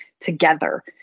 together